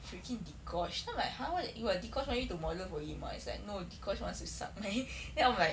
freaking dee kosh then I'm like !huh! what you dee kosh wants you to model for him ah he's like no dee kosh wants to suck my then I'm like